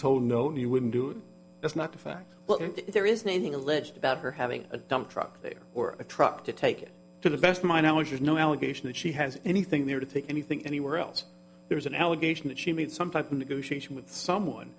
told no you wouldn't do it that's not a fact there is nothing alleged about her having a dump truck there or a truck to take it to the best my knowledge is no allegation that she has anything there to take anything anywhere else there is an allegation that she made some type of negotiation with someone